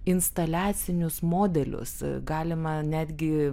instaliacinius modelius galima netgi